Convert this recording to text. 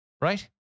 Right